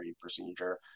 procedure